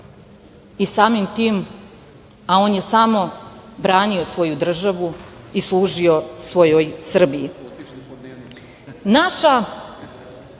i samim tim, a on je samo branio svoju državu i služio svojoj Srbiji. Naša